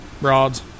rods